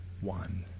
one